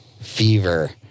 fever